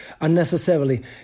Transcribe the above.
Unnecessarily